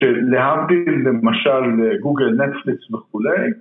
להבדיל, למשל, גוגל, נטפליקס וכולי